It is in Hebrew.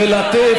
מלטף,